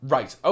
Right